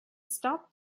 stop